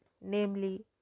namely